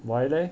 why leh